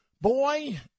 Boy